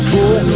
Cool